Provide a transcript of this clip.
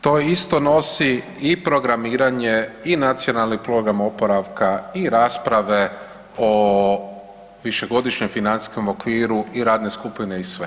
To isto nosi i programiranje i Nacionalni program oporavka i rasprave o višegodišnjem financijskom okviru i radne skupine i sve.